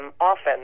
often